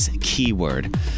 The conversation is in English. keyword